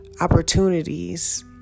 opportunities